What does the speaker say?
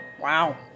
wow